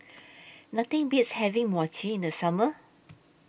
Nothing Beats having Mochi in The Summer